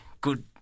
good